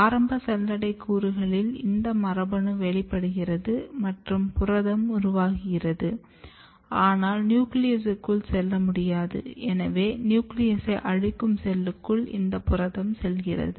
ஆரம்ப சல்லடை கூறுகளில் இந்த மரபணு வெளிப்படுகிறது மற்றும் புரதம் உருவாகுகிறது ஆனால் நியூக்ளியஸ்க்குள் செல்லமுடியாது எனவே நியூக்ளியஸை அழிக்கும் செல்லுக்குள் இந்த புரதம் செல்கிறது